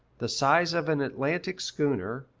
the size of an atlantic schooner,